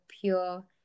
pure